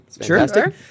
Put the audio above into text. Sure